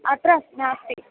अत्र नास्ति